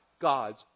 God's